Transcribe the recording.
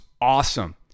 awesome